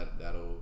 that'll